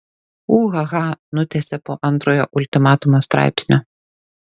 ūhaha nutęsė po antrojo ultimatumo straipsnio